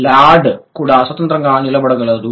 lord కూడా స్వతంత్రంగా నిలబడగలడు